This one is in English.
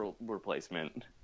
replacement